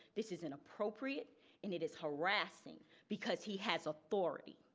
this is inappropriate in it is harassing because he has authority.